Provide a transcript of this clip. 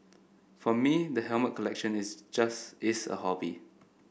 for me the helmet collection is just is a hobby